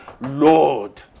Lord